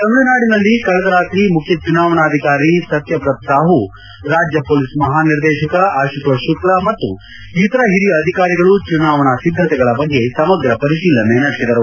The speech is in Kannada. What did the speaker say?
ತಮಿಳುನಾಡಿನಲ್ಲಿ ಕಳೆದ ರಾತ್ರಿ ಮುಖ್ಯ ಚುನಾವಣಾಧಿಕಾರಿ ಸತ್ಲಬ್ರತ ಸಾಹೂ ರಾಜ್ಯ ಹೊಲೀಸ್ ಮಹಾನಿರ್ದೇಶಕ ಆಶುತೋಷ್ ಶುಕ್ಲಾ ಮತ್ತು ಇತರ ಹಿರಿಯ ಅಧಿಕಾರಿಗಳು ಚುನಾವಣಾ ಸಿದ್ದತೆಗಳ ಬಗ್ಗೆ ಸಮಗ್ರ ಪರಿಶೀಲನೆ ನಡೆಸಿದರು